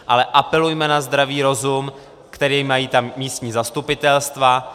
Ale apelujme na zdravý rozum, který mají místní zastupitelstva.